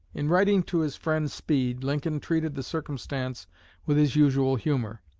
in writing to his friend speed, lincoln treated the circumstance with his usual humor.